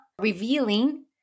revealing